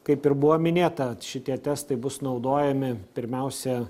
kaip ir buvo minėta šitie testai bus naudojami pirmiausia